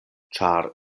ĉar